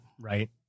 Right